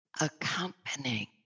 accompanying